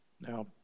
Now